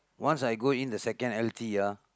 once I go in the second L_T ah